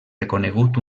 reconegut